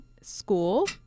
school